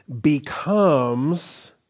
becomes